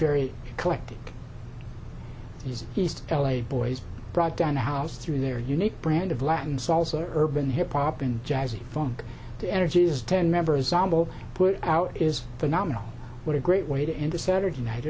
very collective is east l a boys brought down the house through their unique brand of latin salsa urban hip hop and jazzy funk the energy is ten members sambal put out is phenomenal what a great way to end a saturday night